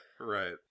Right